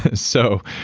ah so,